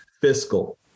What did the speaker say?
fiscal